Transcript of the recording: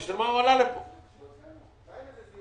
תגיד לגבי השיפוי.